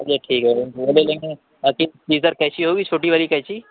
اچھا ٹھیک ہے وہ لے لیں گے باقی سیزر قینچی ہوگی چھوٹی والی قینچی